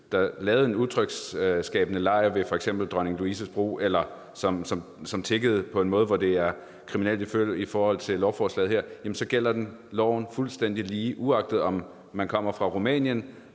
der laver en utryghedsskabende lejr f.eks. ved Dronning Louises Bro, eller som tigger på en måde, hvor det er kriminelt i forhold til lovforslaget her, jamen så gælder loven for alle, uanset om man kommer fra Rumænien,